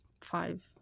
five